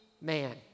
man